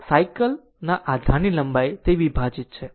તેથી અર્થાત્ સાયકલ ના આધારની લંબાઈ તે વિભાજિત છે